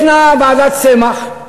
ישנה ועדת צמח,